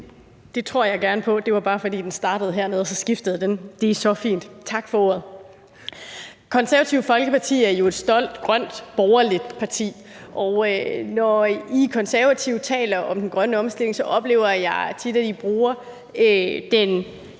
Det tror jeg gerne på, men det var bare, fordi den startede hernede, og så skiftede den. Men det er så fint. Og tak for ordet. Det Konservative Folkeparti er jo stolt grønt borgerligt parti, og når I Konservative taler om den grønne omstilling, oplever jeg tit, at I bruger